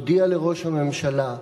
תודיע לראש הממשלה,